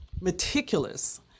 meticulous